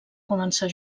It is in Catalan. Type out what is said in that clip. començar